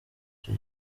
icyo